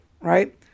right